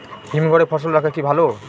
হিমঘরে ফসল রাখা কি ভালো?